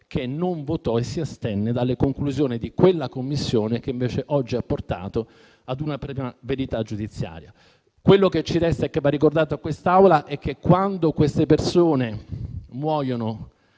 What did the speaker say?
che non votò e si astenne dalle conclusioni di quella commissione che invece oggi ha portato ad una prima verità giudiziaria. Quello che ci resta e che va ricordato a quest'Assemblea è che quando queste persone muoiono